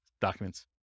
documents